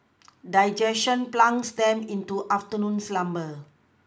digestion plunges them into afternoon slumber